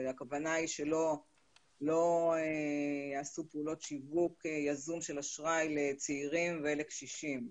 הכוונה היא שלא יעשו פעולות שיווק יזום של אשראי לצעירים ולקשישים,